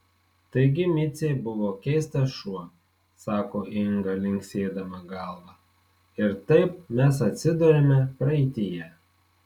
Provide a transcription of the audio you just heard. taigi micė buvo keistas šuo sako inga linksėdama galva ir taip mes atsiduriame praeityje